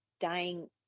dying